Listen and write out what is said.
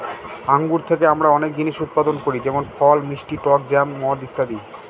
আঙ্গুর থেকে আমরা অনেক জিনিস উৎপাদন করি যেমন ফল, মিষ্টি টক জ্যাম, মদ ইত্যাদি